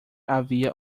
havia